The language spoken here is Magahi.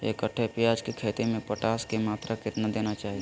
एक कट्टे प्याज की खेती में पोटास की मात्रा कितना देना चाहिए?